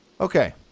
okay